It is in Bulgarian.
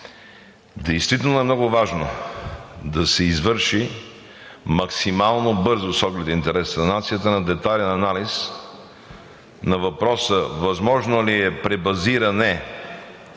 действително е много важно да се извърши максимално бързо и с оглед интересите на нацията детайлен анализ на въпроса: възможно ли е пребазиране, а